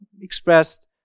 expressed